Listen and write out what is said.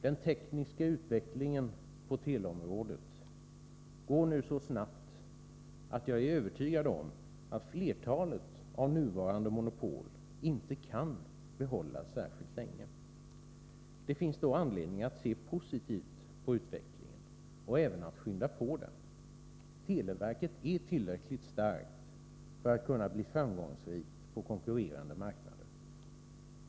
Den tekniska utvecklingen på teleområdet går i dag så snabbt att jag är övertygad om att flertalet av nuvarande monopol inte kan behållas särskilt länge. Det finns då anledning att se positivt på utvecklingen — och även att skynda på den. Televerket är tillräckligt starkt för att kunna bli framgångsrikt på konkurrerande marknader.